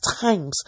times